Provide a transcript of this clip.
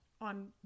on